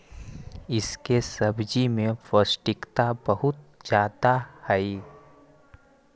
इसके सब्जी में पौष्टिकता बहुत ज्यादे हई